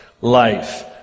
Life